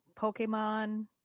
Pokemon